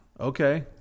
Okay